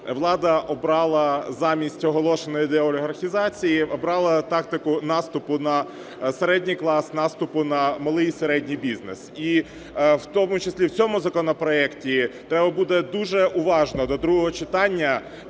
влада обрала замість оголошеної деолігархізації обрала тактику наступу на середній клас, наступу на малий і середній бізнес. І в тому числі в цьому законопроекті треба буде дуже уважно до другого читання